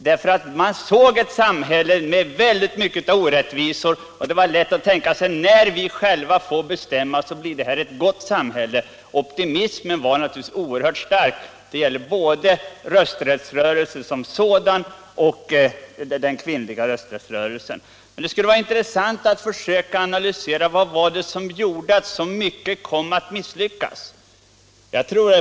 De såg ett samhälle med många orättvisor, och det var lätt att tänka sig, att när vi själva får bestämma blir detta ett gott samhälle. Optimismen var stark. Det gäller både den allmänna rösträttsrörelsen och den kvinnliga rösträttsrörelsen. Det skulle vara intressant att försöka analysera vad det var som gjorde att åtskilligt kom att misslyckas.